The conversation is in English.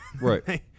Right